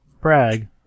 brag